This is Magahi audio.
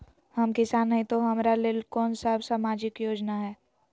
हम किसान हई तो हमरा ले कोन सा सामाजिक योजना है?